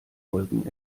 wolken